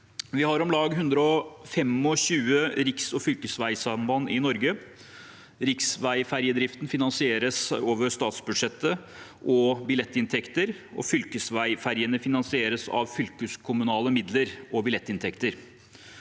Vi har om lag 125 riksvei- og fylkesveisamband i Norge. Riksveiferjedriften finansieres over statsbudsjettet og av billettinntekter. Fylkesveiferjene finansieres av fylkeskommunale midler og billettinntekter.